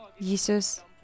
Jesus